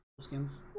Skins